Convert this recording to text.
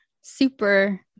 super